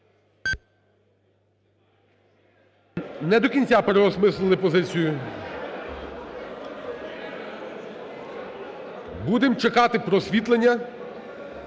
Не до кінця переосмислили позицію. Будем чекати просвітлення.